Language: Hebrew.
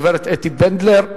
הגברת אתי בנדלר,